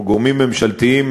או גורמים ממשלתיים,